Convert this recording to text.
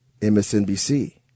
MSNBC